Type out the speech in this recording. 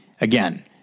again